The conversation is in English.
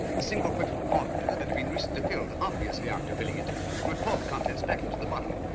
a single whiff informed me that it had been recently filled, obviously after filling it, you would pour the contents back into the bottle,